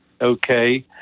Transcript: okay